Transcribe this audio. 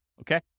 Okay